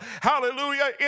Hallelujah